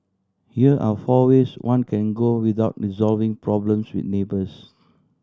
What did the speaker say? here are four ways one can go without resolving problems with neighbours